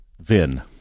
Vin